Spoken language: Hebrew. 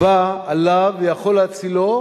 באה עליו ויכול להצילו,